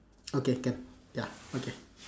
okay can ya okay